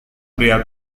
pria